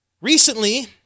Recently